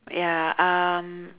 ya um